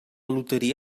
loteria